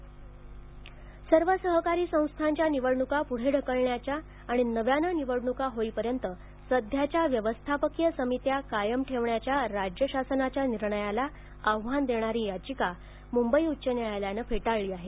सहकारी संस्था सर्व सहकारी संस्थाच्या निवडणुका प्ढे ढकलण्याच्या आणि नव्याने निवडणुका होईपर्यंत सध्याच्या व्यवस्थापकीय समित्या कायम ठेवण्याच्या राज्य शासनाच्या निर्णयाला आव्हान देणारी याचिका मुंबई उच्च न्यायालयानं फेटाळली आहे